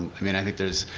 i mean i think there is,